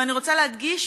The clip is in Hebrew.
ואני רוצה להדגיש,